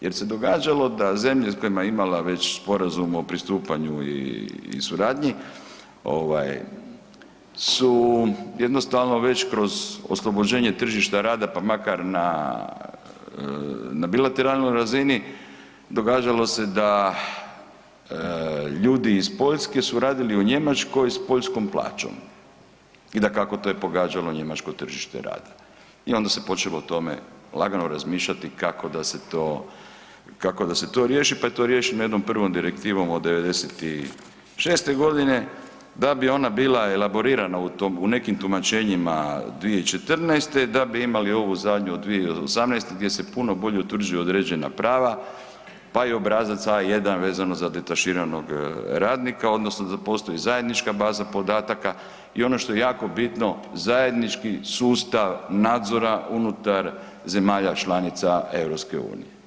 Jer se događalo da zemlje s kojima je imala već sporazum o pristupanju i suradnji ovaj su jednostavno već kroz oslobođenje tržišta rada pa makar na, na bilateralnoj razini događalo se da ljudi iz Poljske su radili u Njemačkoj s poljskom plaćom i dakako to je pogađalo njemačko tržište rada i onda se počelo o tome lagano razmišljati kako da se to, kako da se to riješi pa je to riješeno jednom prvom direktivom od '96. godine, da bi ona bila elaborirana u nekim tumačenjima 2014., da bi imali ovu zadnju od 2018. gdje se puno bolje utvrđuju određena prava pa i obrazac A1 vezano za detaširanog radnika odnosno da postoji zajednička baza podataka i ono što je jako bitno zajednički sustav nadzora unutar zemalja članica EU.